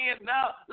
now